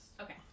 Okay